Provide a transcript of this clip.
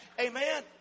amen